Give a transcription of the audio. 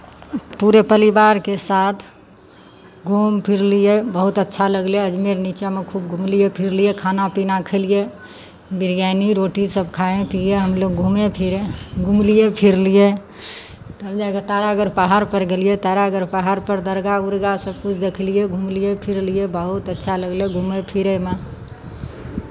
पूरे परिवारके साथ घूम फिरलियै बहुत अच्छा लगलै अजमेर नीचाँमे खूब घुमलियै फिरलियै खाना पीना खैलियै पीलियै बिरियानी रोटी सभ खाए पिए हमलोग घूमे फिरे घुमलियै फिरलियै तब जा कऽ तारागढ़ पहाड़पर गेलियै तारागढ़ पहाड़पर दरगाह उरगाह सभकिछु देखलियै घुमलियै फिरलियै बहुत अच्छा लगलै घूमय फिरयमे